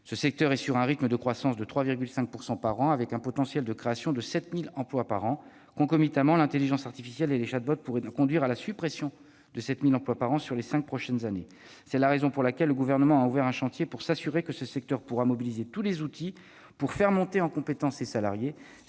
Ce secteur connaît un rythme de croissance annuelle de 3,5 %, avec un potentiel de création de 7 000 emplois par an. Concomitamment, l'intelligence artificielle et les pourraient conduire à la suppression de 7 000 emplois par an au cours des cinq prochaines années. C'est la raison pour laquelle le Gouvernement a ouvert un chantier pour s'assurer que ce secteur pourra mobiliser tous les outils pour faire monter en compétences ses salariés